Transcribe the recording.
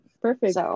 Perfect